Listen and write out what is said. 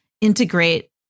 integrate